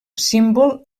símbol